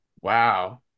wow